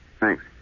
Thanks